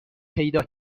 پیدا